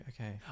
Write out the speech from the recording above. okay